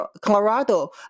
Colorado